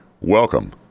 Welcome